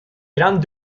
gran